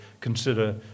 consider